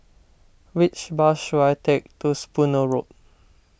which bus should I take to Spooner Road